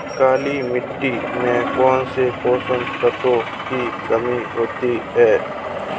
काली मिट्टी में कौनसे पोषक तत्वों की कमी होती है?